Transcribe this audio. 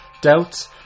doubts